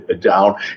down